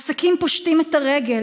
עסקים פושטים את הרגל,